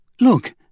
Look